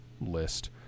list